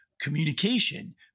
communication